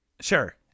Sure